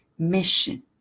mission